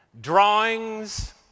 drawings